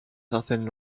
certaines